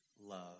Love